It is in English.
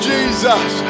Jesus